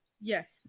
Yes